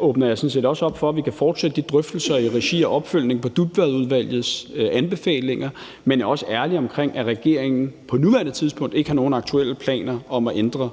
åbner jeg sådan set også op for, at vi kan fortsætte de drøftelser i regi af en opfølgning på Dybvadudvalgets anbefalinger, men jeg er også ærlig omkring, at regeringen på nuværende tidspunkt ikke har nogen aktuelle planer om at ændre